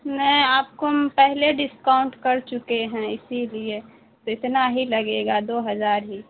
نہیں آپ کو ہم پہلے ڈسکاؤنٹ کر چکے ہیں اسی لیے اتنا ہی لگے گا دو ہزار ہی